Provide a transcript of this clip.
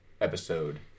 Episode